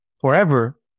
forever